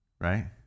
right